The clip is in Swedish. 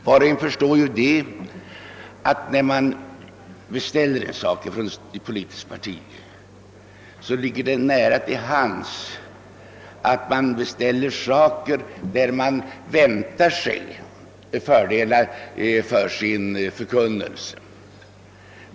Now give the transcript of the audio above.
Var och en förstår att det, om ett politiskt parti beställer en undersökning, ligger nära till hands att tro att beställningen utformas så att man kan vänta sig fördelar för sin egen förkunnelse.